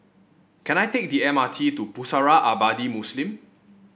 can I take the M R T to Pusara Abadi Muslim